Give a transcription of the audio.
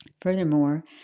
Furthermore